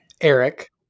Eric